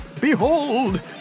behold